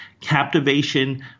Captivation